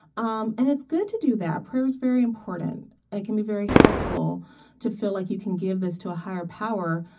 um and it's good to do that. prayer is very important, and it can be very helpful to feel like you can give this to a higher power,